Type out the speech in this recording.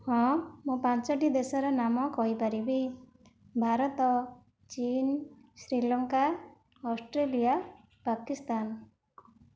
ହଁ ମୁଁ ପାଞ୍ଚଟି ଦେଶର ନାମ କହିପାରିବି ଭାରତ ଚୀନ ଶ୍ରୀଲଙ୍କା ଅଷ୍ଟ୍ରେଲିଆ ପାକିସ୍ତାନ